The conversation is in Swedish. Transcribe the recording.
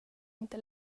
inte